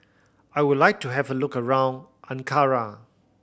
I would like to have a look around Ankara